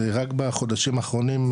רק בחודשים האחרונים,